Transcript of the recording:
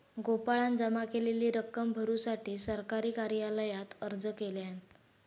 गोपाळान जमा केलेली रक्कम भरुसाठी सरकारी कार्यालयात अर्ज केल्यान